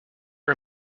are